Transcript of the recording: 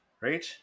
Right